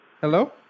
Hello